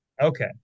Okay